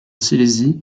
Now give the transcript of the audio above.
silésie